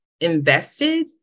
invested